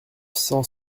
cent